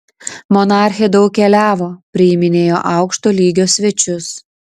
monarchė daug keliavo priiminėjo aukšto lygio svečius